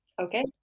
Okay